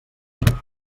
parles